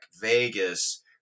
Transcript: vegas